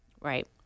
Right